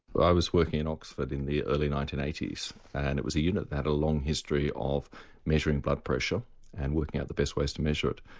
i was working in oxford in the early nineteen eighty s and it was a unit that had a long history of measuring blood pressure and working out the best ways to measure it.